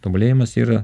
tobulėjimas yra